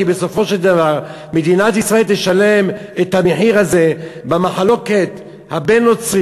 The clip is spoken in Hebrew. כי בסופו של דבר מדינת ישראל תשלם את המחיר הזה במחלוקת הבין-נוצרית,